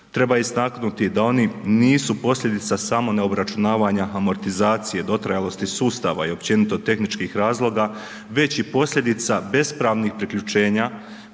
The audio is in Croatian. Treba istaknuti da oni nisu posljedica samo neobračunavanja amortizacije dotrajalosti sustava i općenito tehničkih razloga već i posljedica bespravnih priključenja